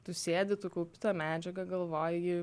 tu sėdi tu kaupi tą medžiagą galvoji